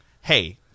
hey